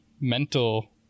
mental